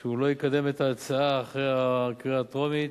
שהוא לא יקדם את ההצעה אחרי הקריאה הטרומית,